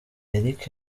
eric